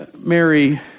Mary